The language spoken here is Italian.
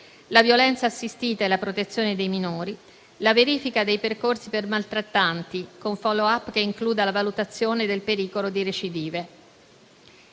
la violenza assistita e la protezione dei minori; la verifica dei percorsi per maltrattanti con *follow up* che includa la valutazione del pericolo di recidive.